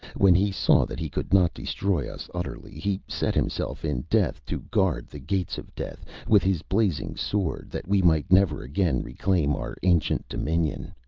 when he saw that he could not destroy us utterly, he set himself in death to guard the gates of death with his blazing sword, that we might never again reclaim our ancient dominion.